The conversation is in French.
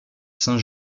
saint